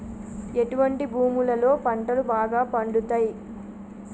ఎటువంటి భూములలో పంటలు బాగా పండుతయ్?